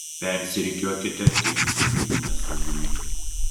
persirikiuokite tik įsitikinę saugumu